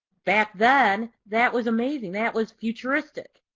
back then that was amazing. that was futuristic.